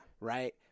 Right